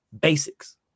basics